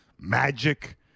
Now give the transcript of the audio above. Magic